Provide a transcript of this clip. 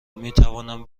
میتوانم